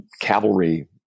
cavalry